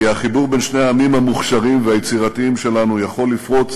כי החיבור בין שני העמים המוכשרים והיצירתיים שלנו יכול לפרוץ